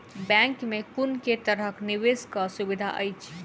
Bank मे कुन केँ तरहक निवेश कऽ सुविधा अछि?